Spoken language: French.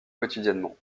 quotidiennement